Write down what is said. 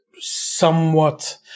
somewhat